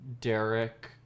Derek